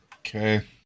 okay